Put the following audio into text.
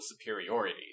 superiority